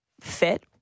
fit